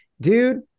Dude